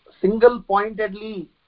single-pointedly